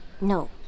no